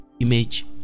image